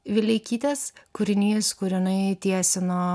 vileikytės kūrinys kur jinai tiesino